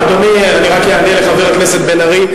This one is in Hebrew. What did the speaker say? אדוני, אני רק אענה לחבר הכנסת בן-ארי.